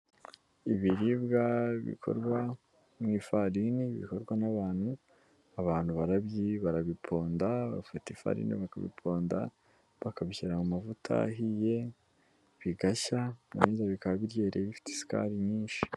Ibiribwa bikorwa mu ifarini bikorwa n'abantu, abantu barabiponda, bafata ifarini bakabikonda bakabishyira mu mavuta ahiye, bigashya byarangiza bikaba biryohereye bifite isukari nyinshi.